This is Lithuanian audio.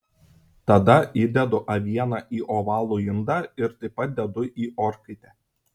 tada įdedu avieną į ovalų indą ir taip pat dedu į orkaitę